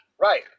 Right